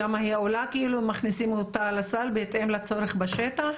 כמה היא עולה כאילו אם מכניסים אותה לסל בהתאם לצורך בשטח?